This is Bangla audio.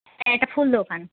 হ্যাঁ এটা ফুল দোকান